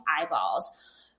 eyeballs